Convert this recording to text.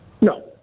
No